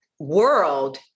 world